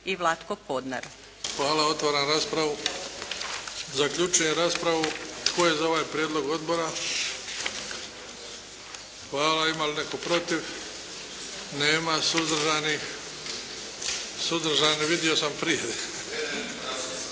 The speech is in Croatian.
Hvala. Otvaram raspravu. Zaključujem raspravu. Tko je za ovaj prijedlog odbora? Hvala. Ima li netko protiv? Nema. Suzdržani? Vidio sam prije.